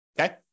Okay